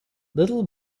little